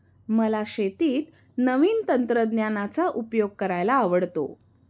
मला शेतीत नवीन तंत्रज्ञानाचा उपयोग करायला आवडतो